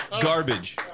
Garbage